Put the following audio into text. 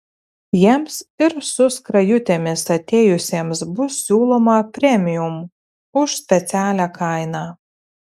jiems ir su skrajutėmis atėjusiems bus siūloma premium už specialią kainą